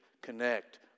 Connect